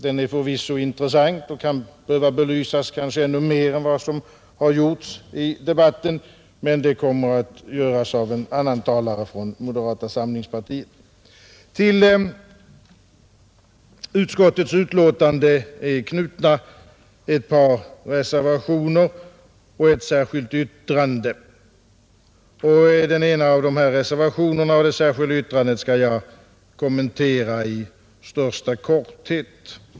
Den är förvisso intressant och kan kanske behöva belysas ännu mer än vad som har gjorts i debatten, men det kommer att göras av en annan talare från moderata samlingspartiet. Till utbildningsutskottets betänkande är knutna några reservationer och ett särskilt yttrande. En av de här reservationerna och det särskilda yttrandet skall jag kommentera i största korthet.